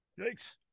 Yikes